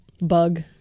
bug